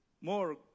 more